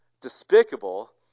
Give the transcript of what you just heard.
despicable